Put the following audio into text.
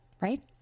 right